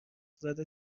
زده